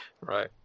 Right